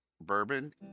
bourbon